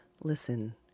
listen